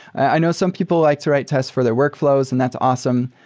i know some people like to write tests for their workflows, and that's awesome.